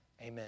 amen